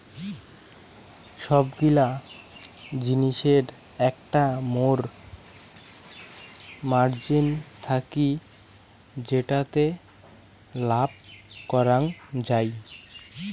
সবগিলা জিলিসের একটা মোর মার্জিন থাকি যেটাতে লাভ করাঙ যাই